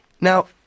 Now